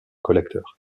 collecteur